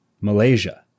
Malaysia